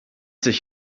sich